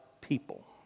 people